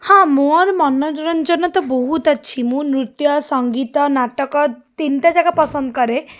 ହଁ ମୋର ମନୋରଞ୍ଜନ ତ ବହୁତ ଅଛି ନୃତ୍ୟ ସଙ୍ଗୀତ ନାଟକ ତିନଟାଯାକ ପସନ୍ଦ କରେ